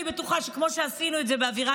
אני בטוחה שכמו שעשינו את זה באווירה